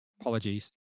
Apologies